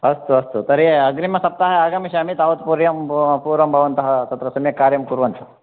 अस्तु अस्तु तर्हि अग्रिमसप्ताहे आगमिष्यामि तावत् पूर्यं पूर्वं भवन्तः सम्यक् कार्यं कुर्वन्तु